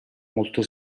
molto